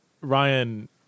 Ryan